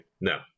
no